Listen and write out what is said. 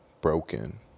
broken